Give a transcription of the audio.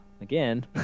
again